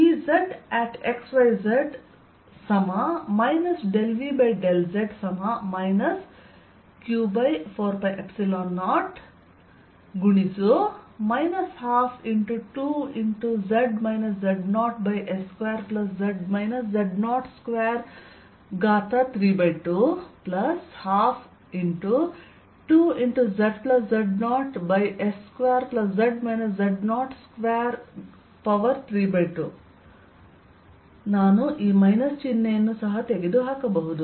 Vxyzq4π01x2y2z z02 1x2y2zz02q4π01s2z z02 1s2zz02 Ezxyz ∂V∂z q4π0 122z z0s2z z0232122zz0s2z z0232 ನಾನು ಈ minus ಚಿಹ್ನೆಯನ್ನು ಸಹ ತೆಗೆದುಹಾಕಬಹುದು